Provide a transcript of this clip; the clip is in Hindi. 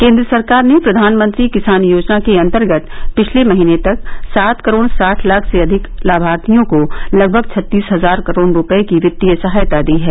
केन्द्र सरकार ने प्रधानमंत्री किसान योजना के अन्तर्गत पिछले महीने तक सात करोड़ साठ लाख से अधिक लाभार्थियों को लगभग छत्तीस हजार करोड़ रूपये की वित्तीय सहायता दी है